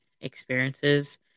experiences